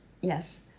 Yes